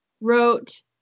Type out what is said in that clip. Wrote